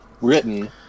written